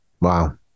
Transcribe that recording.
Wow